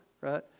right